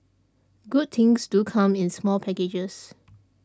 good things do come in small packages